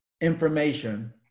information